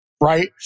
right